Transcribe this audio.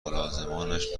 ملازمانش